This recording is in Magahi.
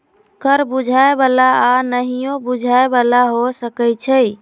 कर बुझाय बला आऽ नहियो बुझाय बला हो सकै छइ